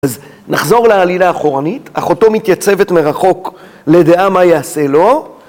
אז נחזור לעלילה אחורנית, אחותו מתייצבת מרחוק לדעה מה יעשה לו.